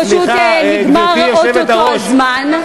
פשוט נגמר או-טו-טו הזמן.